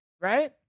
right